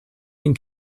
den